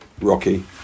rocky